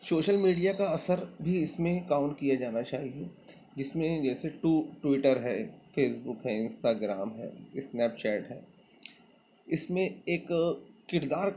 social media کا اثر بھی اس میں کاونٹ کیا جانا چاہیے جس میں جیسے ٹو ٹویٹر ہے فیس بک ہے انسٹاگرام ہے اسنیپ چیٹ ہے اس میں ایک کردار